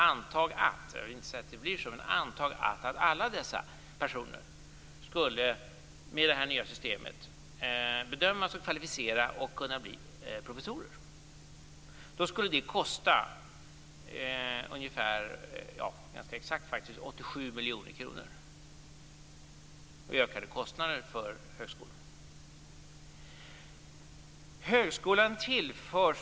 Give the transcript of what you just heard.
Anta att - jag säger inte att det blir så - alla dessa personer med det här nya systemet skulle bedömas och kvalificera sig som professorer. Det skulle då kosta ganska exakt 87 miljoner kronor i ökade kostnader för högskolan.